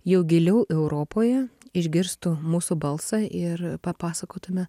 jau giliau europoje išgirstų mūsų balsą ir papasakotume